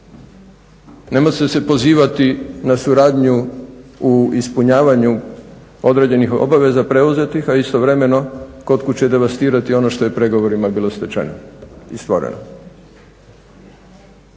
Ne može se pozivati na suradnju u ispunjavanju određenih obaveza preuzetih a istovremeno kod kuće devastirati ono što je u pregovorima bilo stečeno i stvoreno.